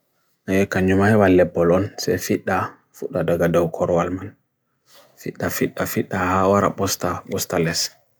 nye kanyumahewa lep polon se fida fuda da gadau korwal man fida fida fida ahora bosta bosta les